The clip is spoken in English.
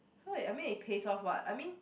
so I mean it pays off what I mean